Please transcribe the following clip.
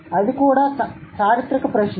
అది కూడా చారిత్రక ప్రశ్న